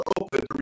open